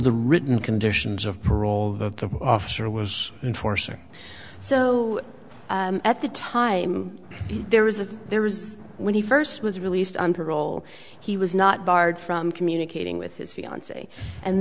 the written conditions of parole that the officer was enforcing so at the time there was a there is when he first was released on parole he was not barred from communicating with his fiance and